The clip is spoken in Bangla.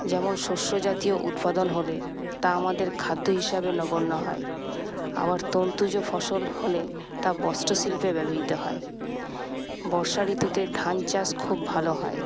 যেমন শস্যজাতীয় উৎপাদন হলে তা আমাদের খাদ্য হিসেবে গণ্য হয় আবার তন্তুজ ফসল হলে তা বস্ত্রশিল্পে ব্যবহৃত হয় বর্ষা ঋতুতে ধান চাষ খুব ভালো হয়